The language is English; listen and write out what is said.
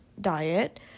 diet